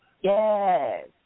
Yes